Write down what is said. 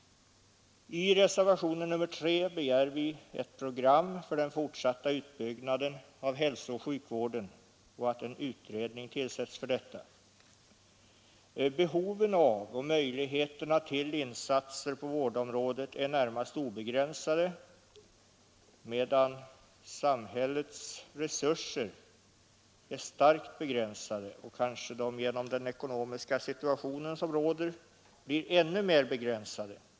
I reservationen 3 begär vi ett program för den fortsatta utbyggnaden av hälsooch sjukvården och hemställer att en utredning tillsätts för detta ändamål. Behoven av och möjligheterna till insatser på vårdområdet är närmast obegränsade medan samhällets resurser är starkt begränsade, och kanske de genom den ekonomiska situation som råder blir ännu mer begränsade.